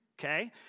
okay